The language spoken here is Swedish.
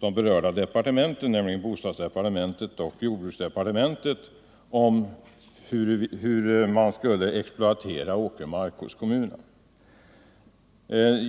de berörda departementen, nämligen bostadsdepartementet och jordbruksdepartementet, om hur man skulle exploatera åkermark hos kommunerna.